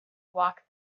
walk